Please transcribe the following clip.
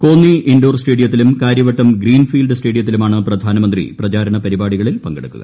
Konni indoor സ്റ്റേഡിയത്തിലും Karyavattom green field സ്റ്റേഡിയത്തിലുമാണ് പ്രധാനമന്ത്രി പ്രചാരണ പരിപാടികളിൽ പങ്കെടുക്കുക